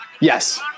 Yes